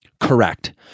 Correct